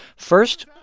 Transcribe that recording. first,